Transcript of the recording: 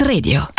Radio